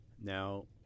Now